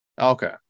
Okay